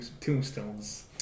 tombstones